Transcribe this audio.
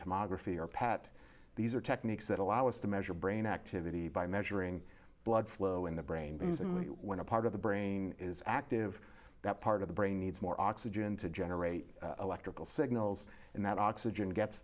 tomography or pat these are techniques that allow us to measure brain activity by measuring blood flow in the brain when a part of the brain is active that part of the brain needs more oxygen to generate electrical signals and that oxygen gets